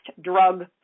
drug